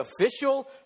official